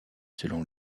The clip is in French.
selon